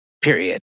period